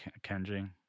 Kenji